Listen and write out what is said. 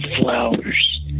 flowers